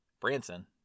Branson